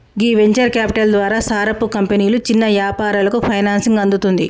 గీ venture capital ద్వారా సారపు కంపెనీలు చిన్న యాపారాలకు ఫైనాన్సింగ్ అందుతుంది